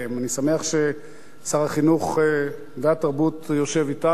אני שמח ששר החינוך והתרבות יושב אתנו.